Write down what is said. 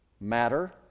matter